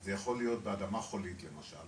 זה יכול להיות באדמה חולית למשל,